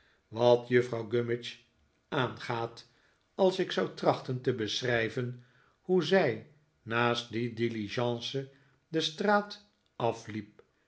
wat juffrouw gummidge aangaat als ik zou trachten te beschrijven hoe zij naast die diligence de straat af liep